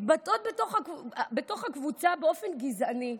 מתבטאות בתוך הקבוצה באופן גזעני,